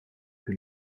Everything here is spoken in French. que